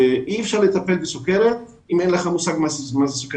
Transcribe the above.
אי אפשר לטפל בסוכרת כשאין לך מושג מה זה סוכרת.